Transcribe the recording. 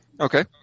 Okay